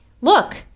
look